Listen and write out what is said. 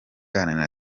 iharanira